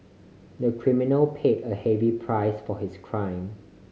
the criminal paid a heavy price for his crime